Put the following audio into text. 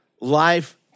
life